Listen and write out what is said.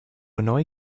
annoy